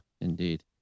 indeed